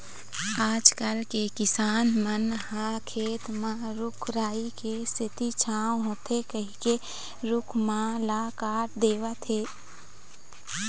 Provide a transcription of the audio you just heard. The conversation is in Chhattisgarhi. आजकल के किसान मन ह खेत म रूख राई के सेती छांव होथे कहिके रूख मन ल काट देवत हें